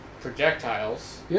projectiles